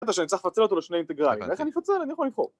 הקטע הוא שאני צריך לפרצל אותו לשני אינטגרלים, איך אני אפצל? אני יכול לבחור.